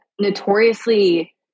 notoriously